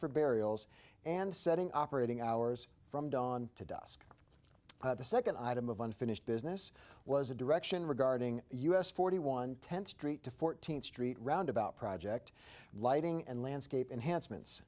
for burials and setting operating hours from dawn to dusk the second item of unfinished business was a direction regarding us forty one tenth street to fourteenth street roundabout project lighting and landscape enhance